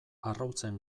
arrautzen